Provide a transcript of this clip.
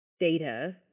data